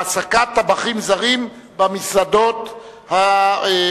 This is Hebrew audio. העסקת טבחים זרים במסעדות האתניות.